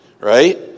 right